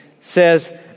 says